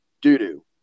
doo-doo